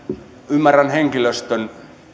ymmärrän henkilöstön